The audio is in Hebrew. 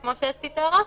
כמו שאסתי תיארה,